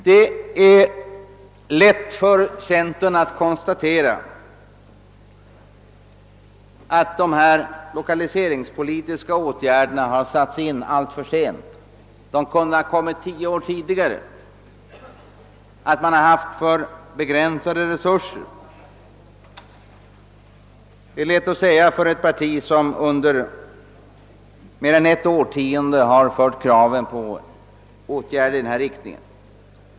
Det är lätt för centern att konstatera att de lokaliseringspolitiska åtgärderna har satts in alltför sent — de kunde ha kommit tio år tidigare — och att de tilldelats alltför begränsade resurser. Detta är lätt ait säga för ett parti som under mer än ett årtionde fört fram kraven på åtgärder på detta område.